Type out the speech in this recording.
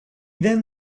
then